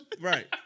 Right